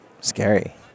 scary